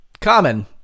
Common